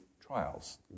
trials